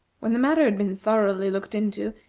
when the matter had been thoroughly looked into,